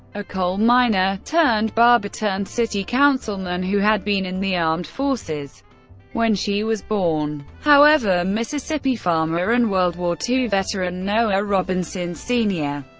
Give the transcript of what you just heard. a coal miner turned barber turned city councilman who had been in the armed forces when she was born. however, mississippi farmer and world war ii veteran noah robinson, sr.